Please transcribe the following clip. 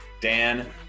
Dan